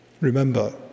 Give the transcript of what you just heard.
Remember